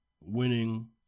winning